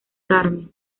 carmen